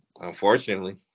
Unfortunately